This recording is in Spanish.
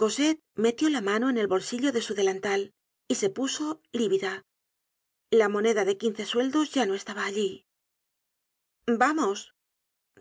cosette metió la mano en el bolsillo de su delantal y se puso lívida la moneda de quince sueldos ya no estaba allí vamos